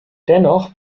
dennoch